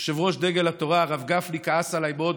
יושב-ראש דגל התורה, הרב גפני, כעס עליי מאוד.